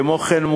כמו כן,